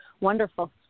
wonderful